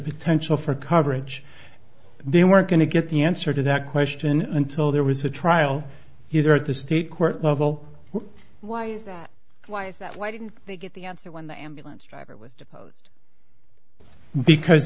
potential for coverage they weren't going to get the answer to that question until there was a trial here at the state court level why is that why is that why didn't they get the answer when the ambulance driver w